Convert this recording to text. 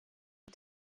die